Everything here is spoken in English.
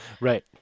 Right